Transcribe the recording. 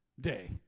day